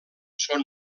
són